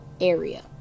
area